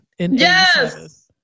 Yes